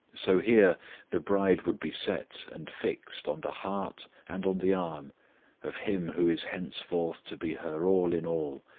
so here the bride would be set and fixed on the heart and on the arm of him who is henceforth to be her all in all,